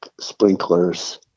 sprinklers